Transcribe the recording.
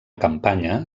campanya